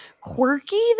quirky